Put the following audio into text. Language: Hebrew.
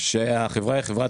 שהחברה היא חברה